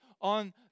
on